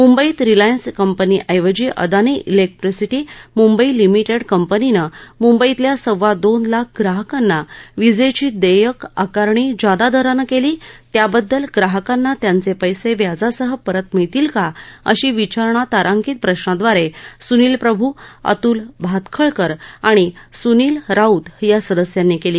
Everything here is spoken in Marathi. मुंबईत रिलायन्स कंपनीऐवजी अदानी इलेक्ट्रिसिटी मुंबई लिमिटेड कंपनीनं मुंबईतल्या सव्वा दोन लाख प्राहकांना विजेची देयक आकारणी जादा दरानं केली त्यबद्दल ग्राहकांना त्यांचे पर्सीव्याजासह परत मिळतील का अशी विचारणा तारांकित प्रशाद्वारे सुनील प्रभू अतूल भातखळकर आणि सूनील राऊत यां सदस्यांनी केली